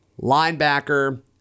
linebacker